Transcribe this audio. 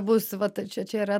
bus vat čia čia yra